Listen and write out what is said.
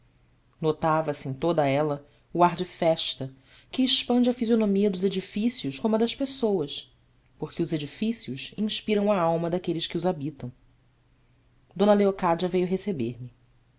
notava-se em toda ela o ar de festa que expande a fisionomia dos edifícios como a das pessoas porque os edifícios inspiram a alma daqueles que os habitam d leocádia veio receber me